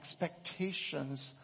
expectations